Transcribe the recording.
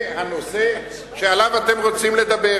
זה הנושא שעליו אתם רוצים לדבר,